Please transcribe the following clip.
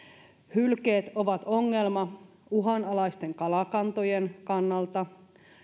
hylkeet ovat ongelma uhanalaisten kalakantojen kannalta